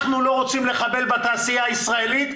אנחנו לא רוצים לחבל בתעשייה הישראלית